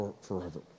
forever